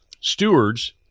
Stewards